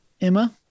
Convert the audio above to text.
Emma